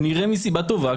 כנראה מסיבה טובה,